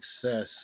success